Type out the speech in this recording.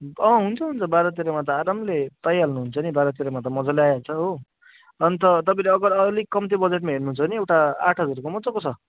अँ हुन्छ हुन्छ बाह्र तेह्रमा त आरामले पाइहाल्नु हुन्छ नि बाह्र तेह्रमा त मजाले आइहाल्छ हो अन्त तपाईँले अगर अलिक कम्ती बजटमा हेर्नुहुन्छ भने उता आठ हजारको मजाको छ